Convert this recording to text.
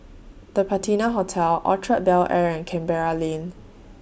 The Patina Hotel Orchard Bel Air and Canberra Lane